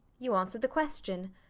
you answered the question.